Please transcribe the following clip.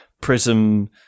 prism